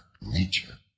nature